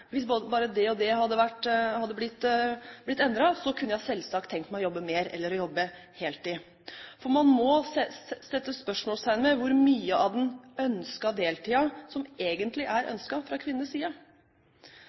hvis bare det og det hadde blitt endret, kunne de selvsagt tenkt seg å jobbe mer eller å jobbe heltid. Man må sette spørsmålstegn ved hvor mye av den ønskede deltiden som egentlig er